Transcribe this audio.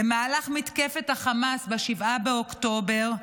במהלך מתקפת החמאס ב-7 באוקטובר,